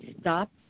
STOP